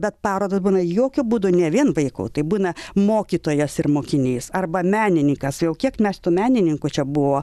bet parodos būna jokiu būdu ne vien vaikų tai būna mokytojas ir mokinys arba menininkas jau kiek mes tų menininkų čia buvo